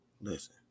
Listen